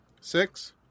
six